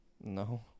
No